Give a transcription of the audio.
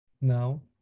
now